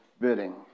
bidding